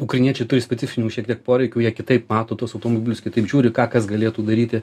ukrainiečiai turi specifinių šiek tiek poreikių jie kitaip mato tuos automobilius kitaip žiūri ką kas galėtų daryti